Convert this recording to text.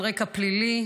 על רקע פלילי,